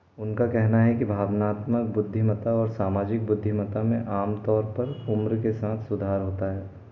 उनका कहना है कि भावनात्मक बुद्धिमता और सामाजिक बुद्धिमता में आम तौर पर उम्र के साथ सुधार होता है